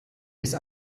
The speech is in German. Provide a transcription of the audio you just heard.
ist